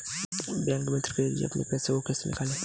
Bank मित्र के जरिए अपने पैसे को कैसे निकालें?